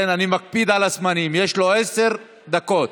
אני מקפיד על הזמנים, יש לו עשר דקות.